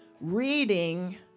reading